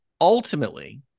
ultimately